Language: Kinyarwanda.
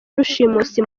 rushimusi